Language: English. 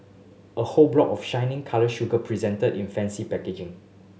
a whole block of shiny coloured sugar presented in fancy packaging